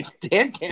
Dan